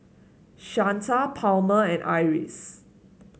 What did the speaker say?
Shanta Palmer and Iris